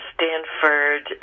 Stanford